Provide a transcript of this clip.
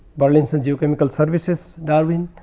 burlinson geochemical, services darwin.